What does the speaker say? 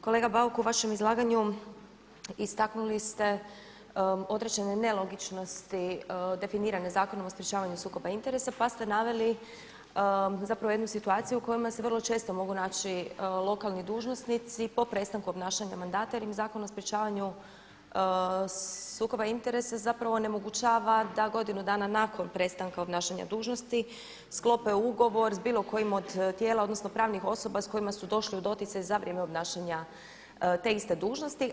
Kolega Bauk u vašem izlaganju istaknuli ste određene nelogičnosti definirane Zakonom o sprječavanju sukoba interesa pa ste naveli zapravo jednu situaciju u kojima se vrlo često mogu naći lokalni dužnosnici po prestanku obnašanja mandata jer im Zakon o sprječavanju sukoba interesa zapravo onemogućava da godinu dana nakon prestanka obnašanja dužnosti sklope ugovor s bilo kojim od tijela, odnosno pravnih osoba s kojima su došli u doticaj za vrijeme obnašanja te iste dužnosti.